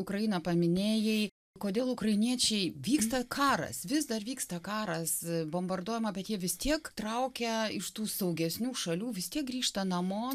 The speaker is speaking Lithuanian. ukrainą paminėjai kodėl ukrainiečiai vyksta karas vis dar vyksta karas bombarduojama bet jie vis tiek traukia iš tų saugesnių šalių vis tiek grįžta namo